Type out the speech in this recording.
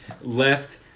left